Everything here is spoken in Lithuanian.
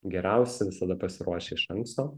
geriausi visada pasiruošę iš anksto